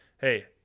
hey